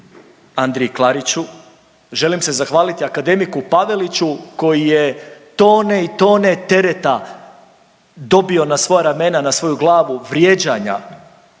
Andriji Klariću, želim se zahvaliti akademiku Paveliću koji je tone i tone tereta dobio na svoja ramena, na svoju glavu vrijeđanja,